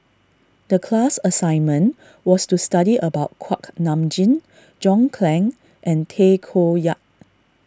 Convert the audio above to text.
the class assignment was to study about Kuak Nam Jin John Clang and Tay Koh Yat